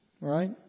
Right